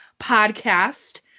podcast